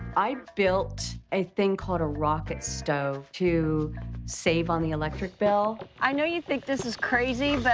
i built a thing called a rocket stove to save on the electric bill. i know you think this is crazy, but